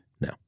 No